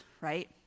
right